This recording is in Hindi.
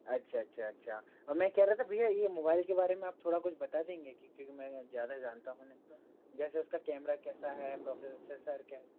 अच्छा अच्छा अच्छा मैं कह रहा था भैया ये मोबाइल के बारे में आप थोड़ा कुछ बता देंगे कि क्योंकि मैं ज़्यादा जानता हूँ नहीं तो जैसा उसका कैमरा कैसा है प्रोसेसेसर क्या